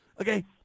Okay